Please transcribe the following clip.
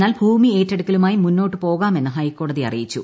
എന്നാൽ ഭൂമി ഏറ്റെടുക്കലുമായി മുന്നോട്ട് പോകാമെന്ന് ഹൈക്കോടതി അറിയിച്ചു